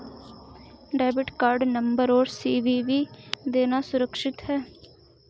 Debit card number और CVV देना सुरक्षित है?